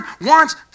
wants